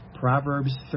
Proverbs